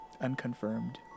unconfirmed